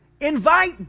Invite